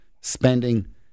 spending